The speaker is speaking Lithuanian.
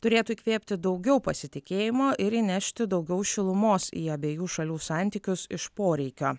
turėtų įkvėpti daugiau pasitikėjimo ir įnešti daugiau šilumos į abiejų šalių santykius iš poreikio